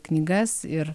knygas ir